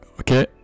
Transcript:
Okay